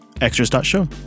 Extras.show